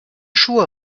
schuhe